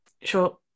sure